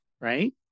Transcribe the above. Right